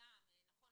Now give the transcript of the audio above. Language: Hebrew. נכון,